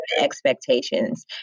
expectations